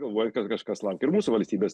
galvoja kad kažkas laukia ir mūsų valstybės